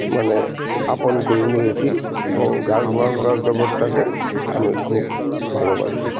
মানে আপন করে নিয়েছি এবং গান বাজনার জগৎটাকে আমি খুব ভালোবাসি